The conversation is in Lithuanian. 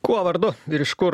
kuo vardu ir iš kur